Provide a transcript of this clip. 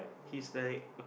he's like